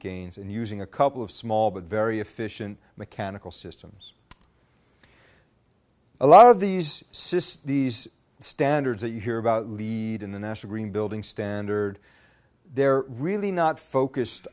gains and using a couple of small but very efficient mechanical systems a lot of these cysts these standards that you hear about lead in the national building standard they're really not focused